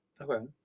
Okay